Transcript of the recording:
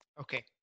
Okay